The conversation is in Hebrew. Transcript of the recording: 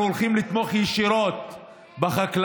אנחנו הולכים לתמוך ישירות בחקלאים.